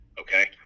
Okay